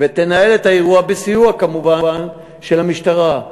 ותנהל את האירוע, בסיוע כמובן של המשטרה.